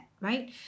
right